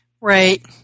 right